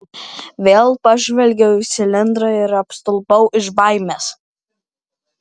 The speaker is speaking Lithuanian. vėl pažvelgiau į cilindrą ir apstulbau iš baimės